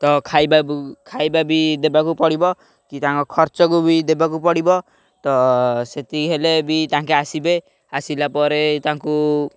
ତ ଖାଇବାକୁ ଖାଇବା ବି ଦେବାକୁ ପଡ଼ିବ କି ତାଙ୍କ ଖର୍ଚ୍ଚକୁ ବି ଦେବାକୁ ପଡ଼ିବ ତ ସେତିକି ହେଲେ ବି ତାଙ୍କେ ଆସିବେ ଆସିଲା ପରେ ତାଙ୍କୁ